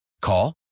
Call